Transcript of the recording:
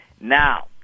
Now